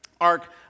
Ark